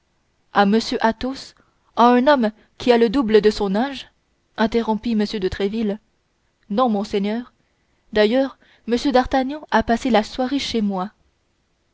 à m athos à un homme qui a le double de son âge interrompit m de tréville non monseigneur d'ailleurs m d'artagnan a passé la soirée chez moi